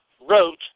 wrote